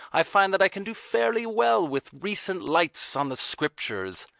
i find that i can do fairly well with recent lights on the scriptures.